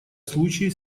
случаи